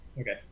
Okay